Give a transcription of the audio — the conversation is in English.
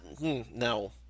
no